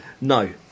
No